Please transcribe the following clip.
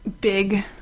big